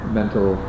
mental